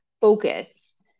Focus